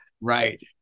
Right